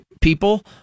people